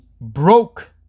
broke